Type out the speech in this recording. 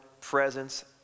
presence